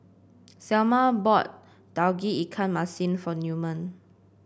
Selma bought Tauge Ikan Masin for Newman